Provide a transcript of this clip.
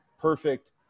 perfect